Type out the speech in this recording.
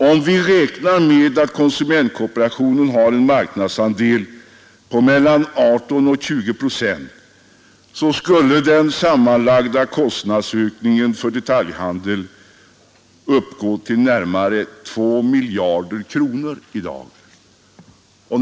Om vi räknar med att konsumentkooperationen har en marknadsandel på mellan 18 och 20 procent skulle den sammanlagda kostnadsökningen för detaljhandeln uppgå till närmare 2 miljarder kronor i dagens läge.